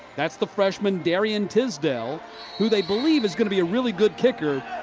that's the freshman, derrion tisdale who they believe is going to be a really good kicker,